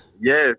Yes